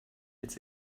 als